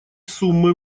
суммы